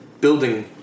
building